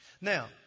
Now